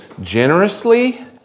generously